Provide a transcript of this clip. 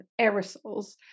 aerosols